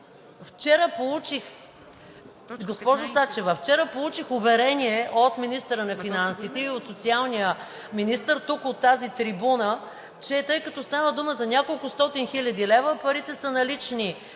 вчера получих уверение от министъра на финансите и от социалния министър тук от тази трибуна, че тъй като става дума за няколкостотин хиляди лева, парите са налични